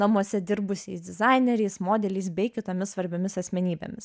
namuose dirbusiais dizaineriais modeliais bei kitomis svarbiomis asmenybėmis